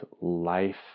life